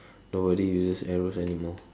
nobody uses arrows anymore